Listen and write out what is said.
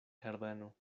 herbeno